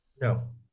No